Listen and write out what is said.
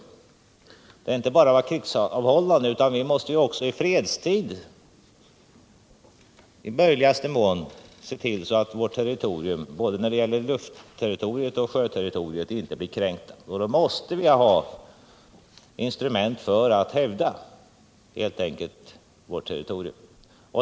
Det gäller att inte bara ha ett försvar som verkar <rigsavhållande, utan vi måste också i fredstid i möjligaste mån se till att både vårt luftterritorium och sjöterritorium inte blir kränkta. Vi måste helt enkelt ha instrument för att kunna hävda vårt territorim.